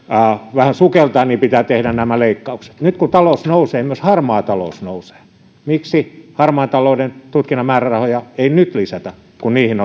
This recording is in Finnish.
vähän sukeltaa niin pitää tehdä nämä leikkaukset nyt kun talous nousee myös harmaa talous nousee miksi harmaan talouden tutkinnan määrärahoja ei nyt lisätä kun niihin